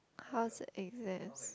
how's the exams